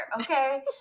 okay